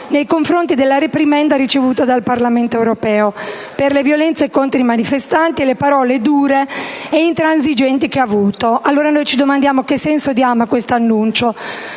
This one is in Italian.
nei confronti della reprimenda ricevuta dal Parlamento europeo per le violenze contro i manifestanti e le parole dure e intransigenti. Allora noi, come il presidente Casini, ci domandiamo: che senso diamo a questo annuncio?